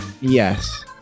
Yes